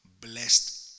blessed